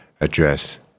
address